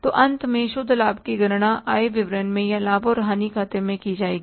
तो अंत में शुद्ध लाभ की गणना आय विवरण में या लाभ और हानि खाते में की जाएगी